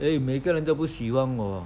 eh 每个人都不喜欢我